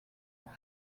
pour